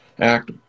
ACT